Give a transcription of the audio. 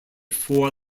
four